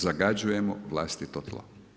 Zagađujemo vlastito tlo.